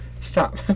Stop